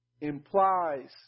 implies